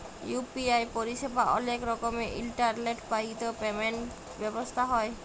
UPI পরিসেবা অলেক রকমের ইলটারলেট বাহিত পেমেল্ট ব্যবস্থা হ্যয়